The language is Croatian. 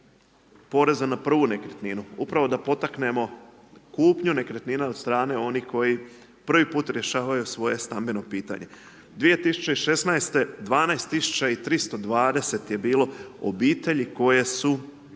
poreza na prvu nekretninu, upravo da potaknemo kupnju nekretnina od strane onih koji prvi put rješavaju svoje stambeno pitanje. 2016., 12 320 je bilo obitelji koje su